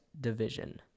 division